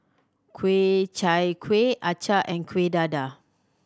Ku Chai Kuih acar and Kueh Dadar